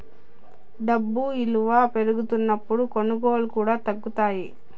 డబ్బు ఇలువ పెరుగుతున్నప్పుడు కొనుగోళ్ళు కూడా తగ్గుతాయి